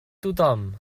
tothom